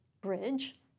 Bridge